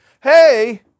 hey